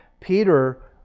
Peter